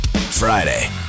Friday